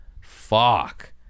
fuck